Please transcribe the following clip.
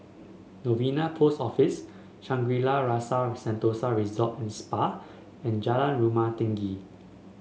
Novena Post Office Shangri La's Rasa Sentosa Resort and Spa and Jalan Rumah Tinggi